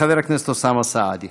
חבר הכנסת אוסאמה סעדי.